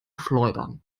schleudern